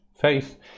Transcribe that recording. faith